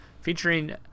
featuring